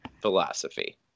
Philosophy